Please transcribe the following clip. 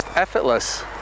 effortless